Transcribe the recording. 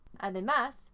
además